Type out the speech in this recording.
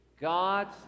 God's